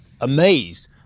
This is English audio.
amazed